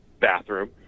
bathroom